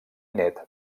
nét